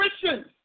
Christians